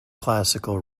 classical